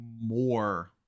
more